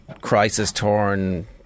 crisis-torn